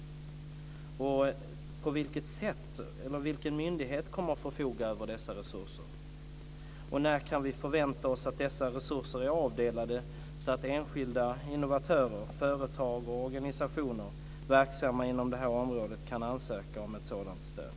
Vilken myndighet kommer att förfoga över dessa resurser? När kan vi förvänta oss att dessa resurser är avdelade så att enskilda innovatörer, företag och organisationer verksamma inom det här området kan ansöka om ett sådant stöd?